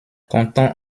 comptant